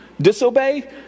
disobey